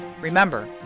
Remember